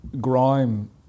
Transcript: grime